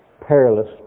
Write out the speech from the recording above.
perilous